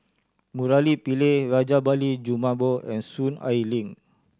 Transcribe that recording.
Murali Pillai Rajabali Jumabhoy and Soon Ai Ling